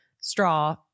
straw